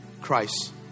Christ